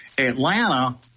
Atlanta